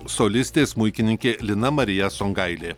solistė smuikininkė lina marija songailė